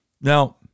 Now